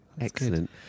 Excellent